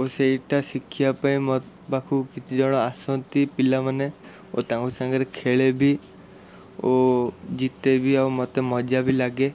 ଓ ସେଇଟା ଶିଖିବାପାଇଁ ମୋ ପାଖକୁ କିଛିଜଣ ଆସନ୍ତି ପିଲାମାନେ ଓ ତାଙ୍କ ସାଙ୍ଗରେ ଖେଳେ ବି ଓ ଜିତେ ବି ଆଉ ମୋତେ ମଜା ବି ଲାଗେ